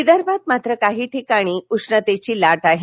विदर्भात मात्र काही भागांत उष्णतेची लाट आहे